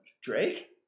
Drake